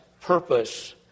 purpose